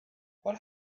what